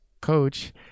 coach